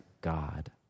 God